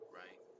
right